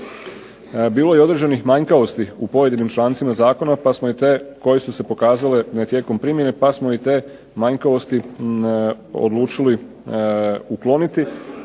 Bilo je određenih manjkavosti u pojedinim člancima zakona, pa smo i te koje su se pokazale tijekom primjene, pa smo i te manjkavosti odlučili ukloniti,